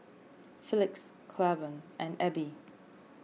Felix Claiborne and Ebbie